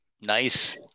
Nice